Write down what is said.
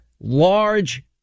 large